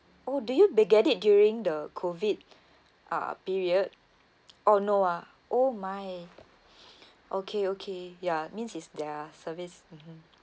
oh do you b~ get it during the COVID uh period oh no ah oh my okay okay ya means is their service mmhmm